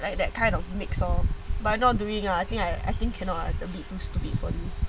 like that kind of mix lor but I not doing ah I think I I think cannot ah I'm a bit too stupid for this